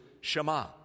Shema